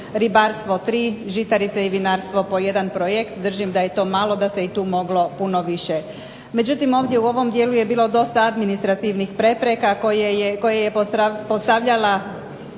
ribarstvo 3, žitarice i vinarstvo po jedan projekt, držim da je to malo da se i tu moglo puno više. Međutim, ovdje u ovom dijelu je bilo dosta administrativnih prepreka koje je postavljala